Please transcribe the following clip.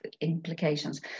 implications